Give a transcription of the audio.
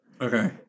Okay